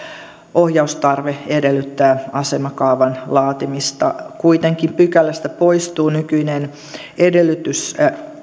ohjaustarve edellyttää asemakaavan laatimista kuitenkin pykälästä poistuu nykyinen edellytys